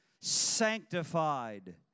sanctified